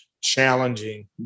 challenging